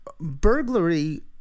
burglary